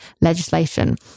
legislation